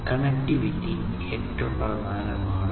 connectivity ഏറ്റവും പ്രധാനം ആണ്